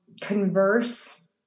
converse